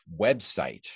website